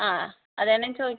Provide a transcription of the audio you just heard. ആ അതാണ് ഞാൻ ചോയി